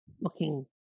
looking